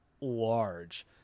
large